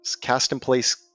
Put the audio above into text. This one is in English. cast-in-place